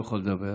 לא יכול לדבר,